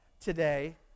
today